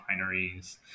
binaries